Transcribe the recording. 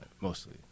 mostly